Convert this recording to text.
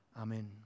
amen